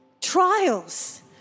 trials